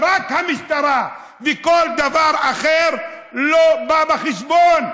רק המשטרה, וכל דבר אחר לא בא בחשבון.